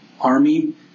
Army